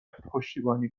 پشتیبانی